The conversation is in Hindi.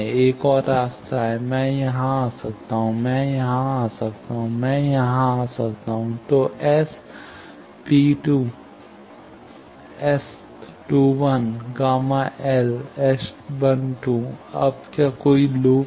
एक और रास्ता है मैं यहां आ सकता हूं मैं यहां आ सकता हूं मैं यहां आ सकता हूं तो S P2 S2 1 Γ L S12 अब क्या कोई लूप है